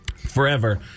Forever